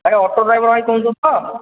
ଆରେ auto driver ଭାଇ କହୁଛନ୍ତି ତ